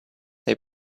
they